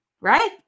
Right